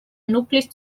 nuclis